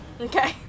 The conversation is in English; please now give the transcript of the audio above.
Okay